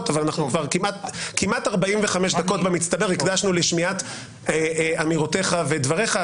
ואנחנו כבר כמעט 45 דקות במצטבר הקדשנו לשמיעת אמירותיך ודבריך.